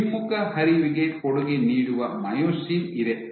ಹಿಮ್ಮುಖ ಹರಿವಿಗೆ ಕೊಡುಗೆ ನೀಡುವ ಮಯೋಸಿನ್ ಇದೆ